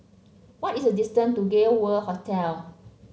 what is the distance to Gay World Hotel